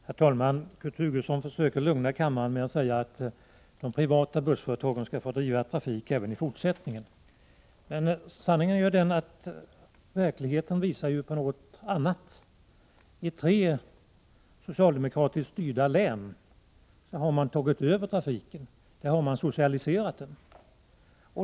Herr talman! Kurt Hugosson försöker lugna kammaren med att säga att de privata bussföretagen skall få driva trafiken även i fortsättningen. Men sanningen är ju att verkligheten visar på någonting annat. I tre socialdemokratiskt styrda län har man tagit över trafiken. Där har man socialiserat.